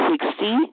sixty